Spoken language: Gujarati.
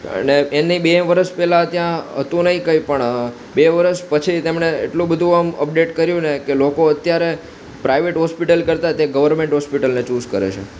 અને એની બે વરસ પહેલાં ત્યાં હતું નહીં કંઈ પણ બે વરસ પછી તેમણે એટલું બધું આમ અપડેટ કર્યુંને કે લોકો અત્યારે પ્રાઇવેટ હોસ્પિટલ કરતાં તે ગવર્મેન્ટ હોસ્પિટલને ચૂઝ કરે છે